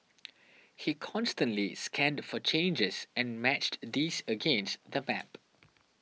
he constantly scanned for changes and matched these against the map